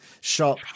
shop